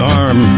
arm